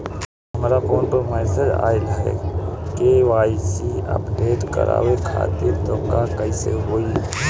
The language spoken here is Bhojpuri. हमरा फोन पर मैसेज आइलह के.वाइ.सी अपडेट करवावे खातिर त कइसे होई?